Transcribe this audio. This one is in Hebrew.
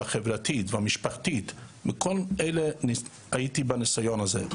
החברתית והמשפחתית מהניסיון שלי.